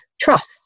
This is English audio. trust